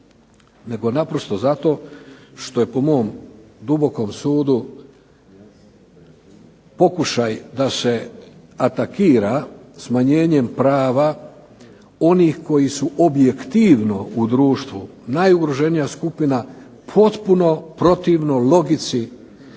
nego naprosto zato što je po mom dubokom sudu pokušaj da se atakira smanjenjem prava onih koji su objektivno u društvu najugroženija skupina potpuno protivno logici